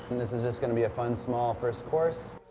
this is just going to be a fun small first course.